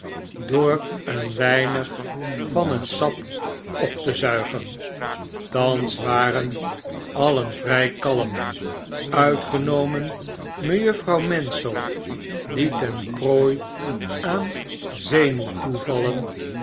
door een weinig van het sap op te zuigen thans waren alien vrij kalm uitgenomen mejuffrouw mansel die ten prooi aan zenuwtoevailen